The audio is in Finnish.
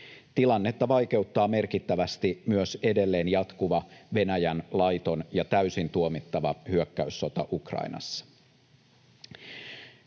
Tilannetta vaikeuttaa merkittävästi myös edelleen jatkuva Venäjän laiton ja täysin tuomittava hyökkäyssota Ukrainassa.